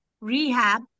rehab